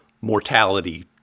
mortality